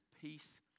peace